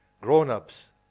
grown-ups